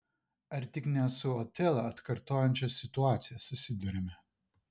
ar tik ne su otelą atkartojančia situacija susiduriame